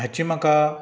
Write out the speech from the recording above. हाचे म्हाका